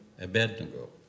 Abednego